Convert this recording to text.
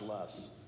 less